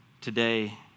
Today